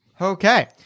Okay